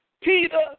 Peter